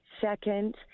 Second